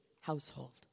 household